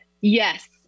Yes